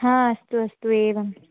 हा अस्तु अस्तु एवं